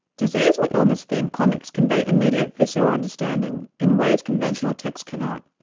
disease or illness-themed comics convey immediate visceral understanding in ways conventional texts cannot.